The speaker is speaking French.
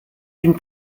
une